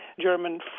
German